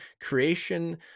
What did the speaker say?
creation